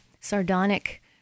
sardonic